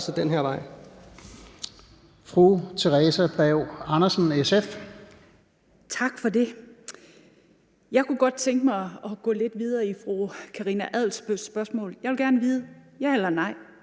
Theresa Berg Andersen (SF): Tak for det. Jeg kunne godt tænke mig at gå lidt videre i fru Karina Adsbøls spørgsmål. Jeg vil gerne vide – ja eller nej